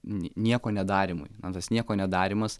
nie nieko nedarymui na tas nieko nedarymas